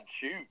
shoot